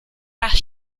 nach